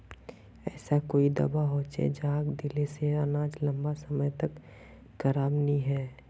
ऐसा कोई दाबा होचे जहाक दिले से अनाज लंबा समय तक खराब नी है?